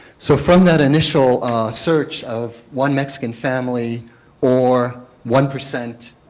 so from that initial search of one mexican family or one percent